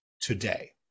today